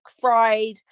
cried